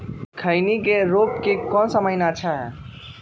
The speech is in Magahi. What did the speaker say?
खैनी के रोप के कौन महीना अच्छा है?